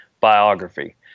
biography